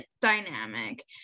dynamic